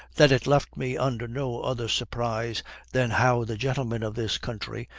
that it left me under no other surprise than how the gentlemen of this country,